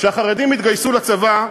כשהחרדים יתגייסו לצה"ל,